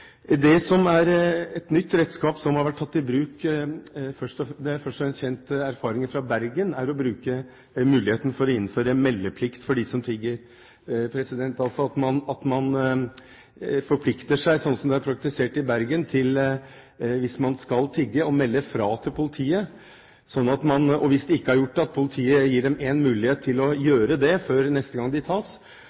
Et nytt redskap som har vært tatt i bruk, først og fremst kjent fra Bergen, er å bruke muligheten for å innføre meldeplikt for dem som tigger. Man forplikter seg, sånn som det er praktisert i Bergen, hvis man skal tigge, til å melde fra til politiet. Hvis man ikke gjør det, gir politiet dem en mulighet til å gjøre det før de blir tatt en gang til, slik at man får oversikt over hvem de